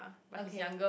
okay